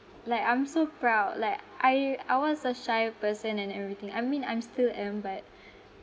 like I'm so proud like I I was a shy person and everything I mean I'm still am but